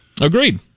Agreed